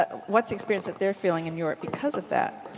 ah what is experience that they are feeling in europe because of that?